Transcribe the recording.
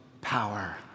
power